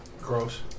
Gross